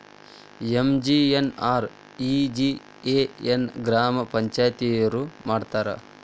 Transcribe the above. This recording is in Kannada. ಎಂ.ಜಿ.ಎನ್.ಆರ್.ಇ.ಜಿ.ಎ ನ ಗ್ರಾಮ ಪಂಚಾಯತಿಯೊರ ಮಾಡ್ತಾರಾ?